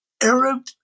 Arab